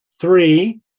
three